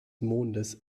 mondes